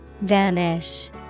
Vanish